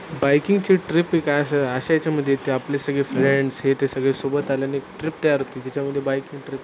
बाईकिंगची trip एक असं अशा याच्यामध्ये येते आपले सगळे फ्रेंड्स हे ते सगळे सोबत आल्याने ट्रिप तयार होते ज्याच्यामध्ये बाईकिंग ट्रिप